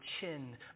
chin